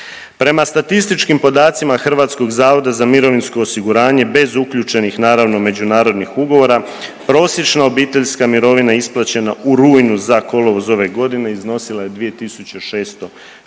Prema statističkim podacima HZMO-a bez uključenih naravno međunarodnih ugovora prosječna obiteljska mirovina isplaćena u rujnu za kolovoz ove godine iznosila je 2.604,00